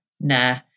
nah